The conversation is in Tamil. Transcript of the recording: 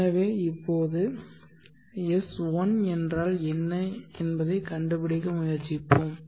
எனவே இப்போது S1 என்றால் என்ன என்பதைக் கண்டுபிடிக்க முயற்சிப்போம்